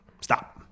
stop